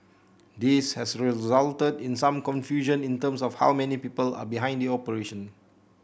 this has resulted in some confusion in terms of how many people are behind the operation